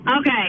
Okay